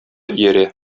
иярә